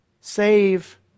save